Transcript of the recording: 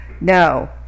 No